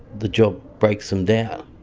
the job breaks them down.